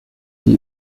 die